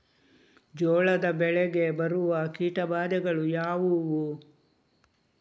ಜೋಳದ ಬೆಳೆಗೆ ಬರುವ ಕೀಟಬಾಧೆಗಳು ಯಾವುವು?